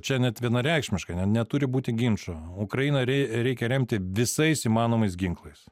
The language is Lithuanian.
čia net vienareikšmiškai ne neturi būti ginčų ukrainą reikia remti visais įmanomais ginklais